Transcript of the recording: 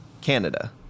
Canada